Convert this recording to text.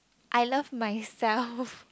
I love myself